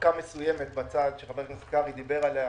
ארכה מסוימת בצד שחבר הכנסת קרעי דיבר עליה